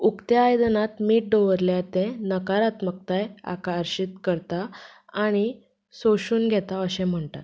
उकत्या आयदनांत मीठ दवरल्यार तें नकारात्मकताय आकर्शीत करता आनी सोशून घेता अशें म्हणटात